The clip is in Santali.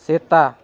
ᱥᱮᱛᱟ